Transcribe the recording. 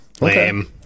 lame